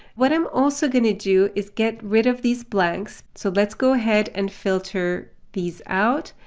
what i'm also going to do is get rid of these blanks. so let's go ahead and filter these out.